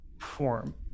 form